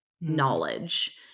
knowledge